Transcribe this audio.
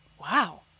Wow